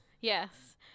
Yes